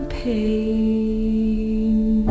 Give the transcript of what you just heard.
pain